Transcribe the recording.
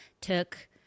took